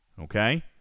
Okay